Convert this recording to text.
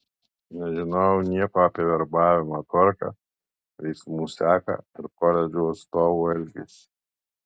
nežinojau nieko apie verbavimo tvarką veiksmų seką ir koledžų atstovų elgesį